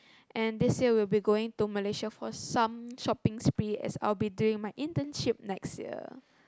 and this year we'll be going to Malaysia for some shopping spree as I'll be doing my internship next year